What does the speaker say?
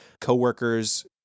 Coworkers